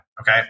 Okay